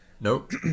Nope